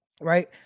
right